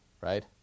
right